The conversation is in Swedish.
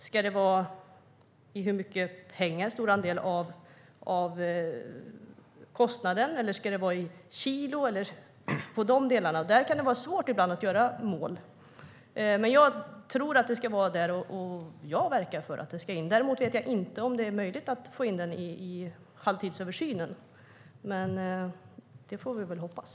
Ska det vara i pengar och andel av kostnaden, eller ska det vara i kilo? Där kan det ibland vara svårt att sätta mål. Men jag tror att det ska vara det, och jag verkar för att det ska in. Däremot vet jag inte om det är möjligt att få in det i halvtidsöversynen, men det får vi hoppas.